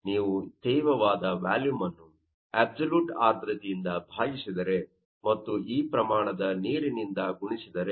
ನೀವು ಈ ತೇವವಾದ ವ್ಯಾಲುಮ್ ಅನ್ನು ಅಬ್ಸಲ್ಯೂಟ್ ಆರ್ದ್ರತೆಯಿಂದ ಭಾಗಿಸಿದರೆ ಮತ್ತು ಈ ಪ್ರಮಾಣದ ನೀರಿನಿಂದ ಗುಣಿಸಿದರೆ